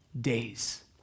days